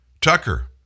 Tucker